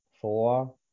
four